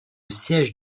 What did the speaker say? siège